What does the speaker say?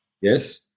Yes